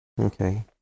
Okay